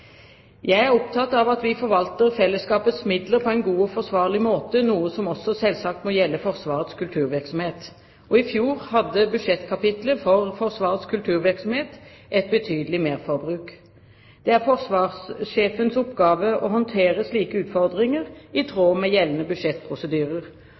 Jeg er opptatt av at vi forvalter fellesskapets midler på en god og forsvarlig måte, noe som også selvsagt må gjelde Forsvarets kulturvirksomhet. I fjor hadde budsjettkapitlet for Forsvarets kulturvirksomhet et betydelig merforbruk. Det er forsvarssjefens oppgave å håndtere slike utfordringer i